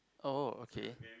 oh okay